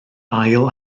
ail